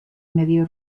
medio